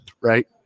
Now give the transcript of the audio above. right